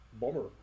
bummer